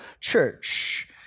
church